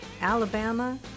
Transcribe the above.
Alabama